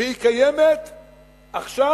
והיא קיימת עכשיו